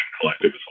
Collective